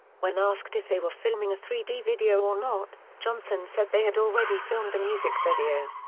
when asked if they were filming a three d video or not, johnson said they had already filmed the music video.